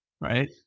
right